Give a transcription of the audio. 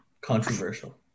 controversial